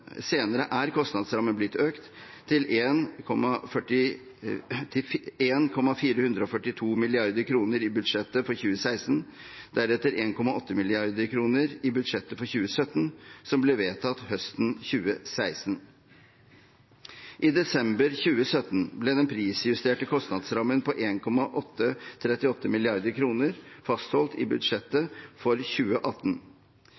Senere er kostnadsrammen blitt økt til 1,442 mrd. kr i budsjettet for 2016, deretter 1,8 mrd. kr i budsjettet for 2017, som ble vedtatt høsten 2016. I desember 2017 ble den prisjusterte kostnadsrammen på 1,838 mrd. kr fastholdt i